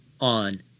on